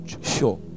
sure